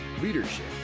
leadership